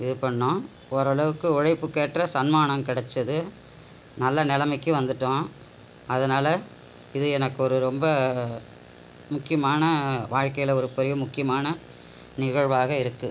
இது பண்ணோம் ஓரளவுக்கு உழைப்புக்கேற்ற சண்மானம் கிடச்சுது நல்ல நிலமைக்கி வந்துவிட்டோம் அதனால் இது எனக்கொரு ரொம்ப முக்கியமான வாழ்க்கையில ஒரு பெரிய முக்கியமான நிகழ்வாக இருக்கு